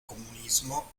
comunismo